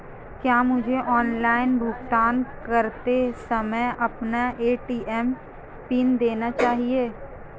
क्या मुझे ऑनलाइन भुगतान करते समय अपना ए.टी.एम पिन देना चाहिए?